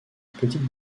petite